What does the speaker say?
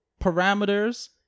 parameters